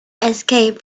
escape